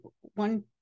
one